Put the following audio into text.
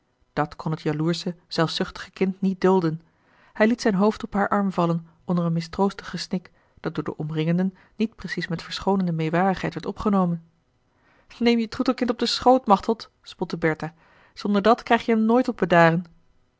dat kon het jaloersche zelfzuchtige kind niet dulden hij liet zijn hoofd op haar arm vallen onder een mistroostig gesnik dat door de omringenden niet precies met verschoonende meêwarigheid werd opgenomen neem je troetelkind op den schoot machteld spotte bertha zonder dat krijg je hem nooit tot bedaren